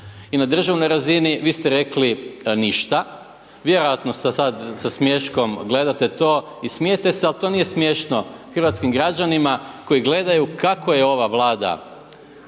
i na državnoj razini, vi ste rekli ništa. Vjerojatno sad sa smiješkom gledate to i smijete se ali to nije smiješno hrvatskim građanima koji gledaju kako je ova Vlada